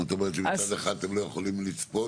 אם את אומרת שמצד אחד אתם לא יכולים לצפות.